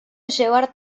llevar